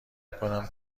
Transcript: میکنم